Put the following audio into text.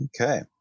Okay